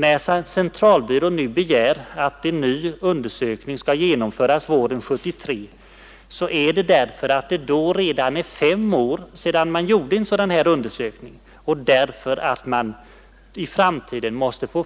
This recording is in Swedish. När centralbyrån nu begär att en ny undersökning skall genomföras våren 1973, sker det därför att det då redan är fem år sedan en sådan här undersökning gjordes och därför att man i framtiden måste få